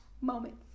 moments